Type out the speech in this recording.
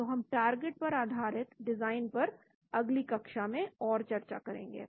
तो हम टारगेट पर आधारित डिजाइन पर अगली कक्षा में और चर्चा करेंगे